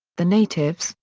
the natives,